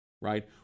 right